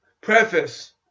Preface